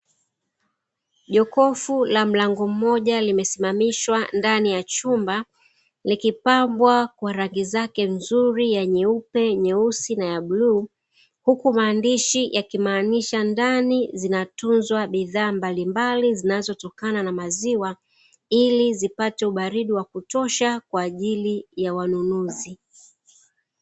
Jokofu la mlango mmoja limesimamishwa ndani ya chumba likipambwa kwa rangi zake nzuri ya nyeupe, nyeusi na ya bluu. Huku maandishi yakimaanisha ndani zinatunzwa bidhaa mbalimbali zinazotokana na maziwa ili zipate ubaridi wa kutosha kwa ajili ya wanunuzi.